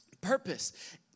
Purpose